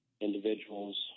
individuals